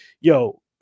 yo